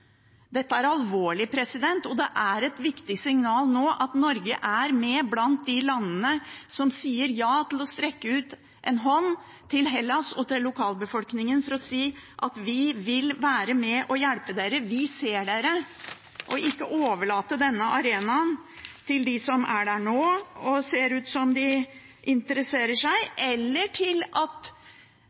Dette er alvorlig. Det er et viktig signal nå at Norge er med blant de landene som sier ja til å strekke ut en hånd til Hellas og til lokalbefolkningen for å si at vi vil være med og hjelpe dere, at vi ser dere, og at vi ikke overlater denne arenaen til dem som er der nå – og ser ut som de interesserer seg – eller at